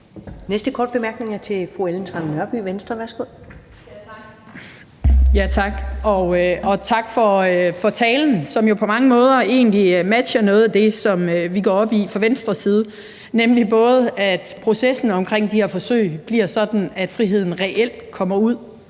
Venstre. Værsgo. Kl. 11:54 Ellen Trane Nørby (V): Tak. Og tak for talen, som jo på mange måder egentlig matcher noget af det, som vi går op i fra Venstres side, nemlig at processen omkring de her forsøg bliver sådan, at friheden reelt kommer ud